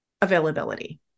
availability